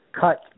cut